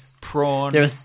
prawn